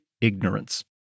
ignorance